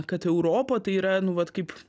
kad europa tai yra nu vat kaip